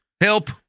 Help